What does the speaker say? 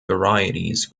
varieties